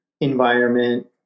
environment